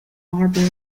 barbour